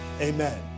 amen